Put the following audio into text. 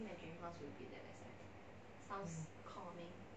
hmm